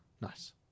nice